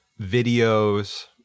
videos